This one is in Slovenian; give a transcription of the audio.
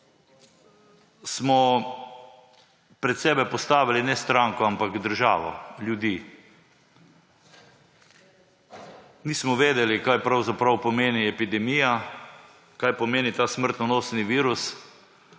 smo pred sebe postavili ne stranko, ampak državo, ljudi. Nismo vedeli, kaj pravzaprav pomeni epidemija, kaj pomeni ta smrtonosni virus;